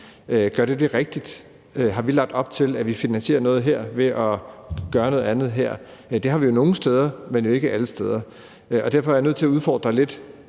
Gør det det rigtigt? Har vi lagt op til, at vi finansierer noget her ved at gøre noget andet der? Det har vi jo nogle steder, men ikke alle steder. Derfor er jeg nødt til at udfordre den